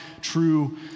true